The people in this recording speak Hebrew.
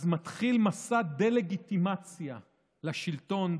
אז מתחיל מסע דה-לגיטימציה לשלטון,